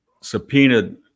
subpoenaed